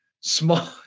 small